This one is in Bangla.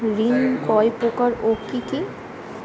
ঋণ কয় প্রকার ও কি কি?